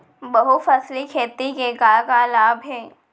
बहुफसली खेती के का का लाभ हे?